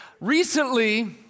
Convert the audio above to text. Recently